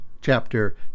chapter